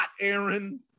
Aaron